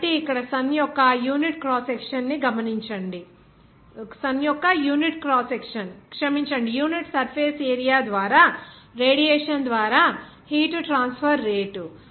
కాబట్టి ఇక్కడ సన్ యొక్క యూనిట్ క్రాస్ సెక్షన్ క్షమించండి యూనిట్ సర్ఫేస్ ఏరియా ద్వారా రేడియేషన్ ద్వారా హీట్ ట్రాన్స్ఫర్ రేటు అది 5